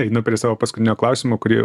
einu prie savo paskutinio klausimo kurį